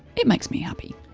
it makes me happy.